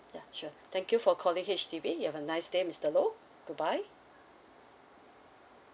ya sure thank you for calling H_D_B you have a nice day mister low good bye